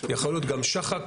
יכול להיות גם שח"ק,